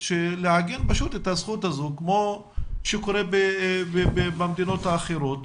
לעגן את הזכות הזו כמו שקורה במדינות האחרות,